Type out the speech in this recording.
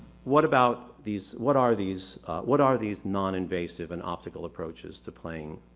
what about these what are these what are these noninvasive and optical approaches to playing